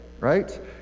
right